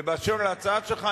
ולהצעה שלך,